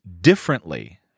differently